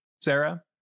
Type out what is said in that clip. Sarah